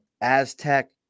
Aztec